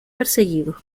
perseguido